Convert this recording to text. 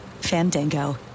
Fandango